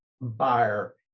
buyer